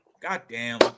Goddamn